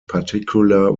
particular